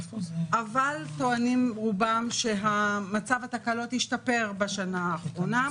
אבל טוענים רובם שמצב התקלות השתפר בשנה האחרונה.